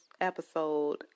episode